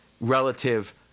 relative